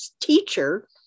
teacher